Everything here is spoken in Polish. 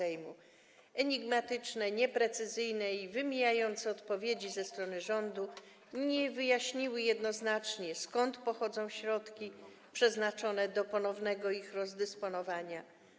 Enigmatyczne, nieprecyzyjne i wymijające odpowiedzi ze strony rządu nie wyjaśniły jednoznacznie, skąd pochodzą środki przeznaczone do ponownego ich rozdysponowania.